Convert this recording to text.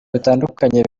bitandukanye